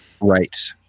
Right